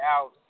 out